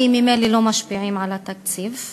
כי ממילא לא משפיעים על התקציב.